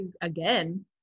again